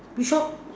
which shop